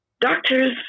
doctors